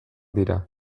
dira